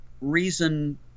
reason